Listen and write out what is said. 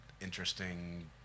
interesting